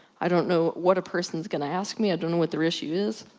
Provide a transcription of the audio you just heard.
i don't know what a person's gonna ask me, i don't know what their issue is,